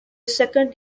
second